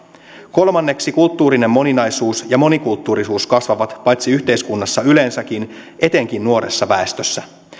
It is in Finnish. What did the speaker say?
kolmanneksi kulttuurinen moninaisuus ja monikulttuurisuus kasvavat paitsi yhteiskunnassa yleensäkin niin etenkin nuoressa väestössä